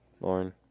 Lauren